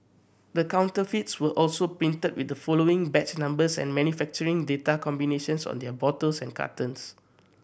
the counterfeits were also printed with the following batch numbers and manufacturing date combinations on their bottles and cartons